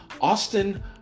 Austin